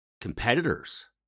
Competitors